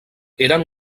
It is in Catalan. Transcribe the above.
eren